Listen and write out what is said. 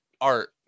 art